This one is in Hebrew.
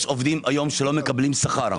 יש עובדים היום שלא מקבלים שכר.